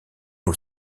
aux